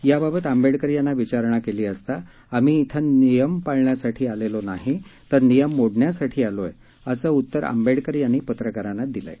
याबाबत आंबेडकर यांना विचारणा केली असता आम्ही िं नियम पाळण्यासाठी नाही तर नियम मोडण्यासाठी आलोय असं उत्तर आंबेडकर यांनी पत्रकारांना दिलं आहे